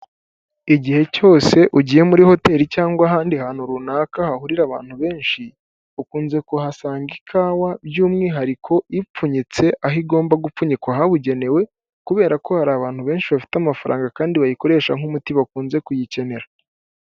Igihe cyose ugiye muri hoteli cyangwa ahandi hantu runaka hahurira abantu benshi, ukunze kuhasanga ikawa by'umwihariko ipfunyitse aho igomba gupfunyikwa ahabugenewe kubera ko hari abantu benshi bafite amafaranga kandi bayikoresha nk'umuti bakunze kuyikenera.